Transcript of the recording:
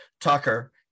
Tucker